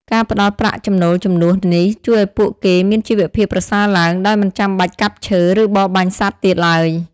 ការផ្តល់ប្រាក់ចំណូលជំនួសនេះ ជួយឱ្យពួកគេមានជីវភាពប្រសើរឡើង ដោយមិនចាំបាច់កាប់ឈើ ឬបរបាញ់សត្វទៀតឡើយ។